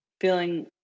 feeling